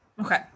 Okay